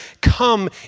come